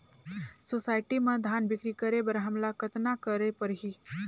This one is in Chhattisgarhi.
सोसायटी म धान बिक्री करे बर हमला कतना करे परही?